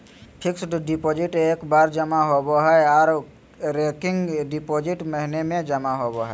fixed deposit एक बार जमा होबो हय आर रेकरिंग डिपॉजिट महीने में जमा होबय हय